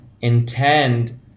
intend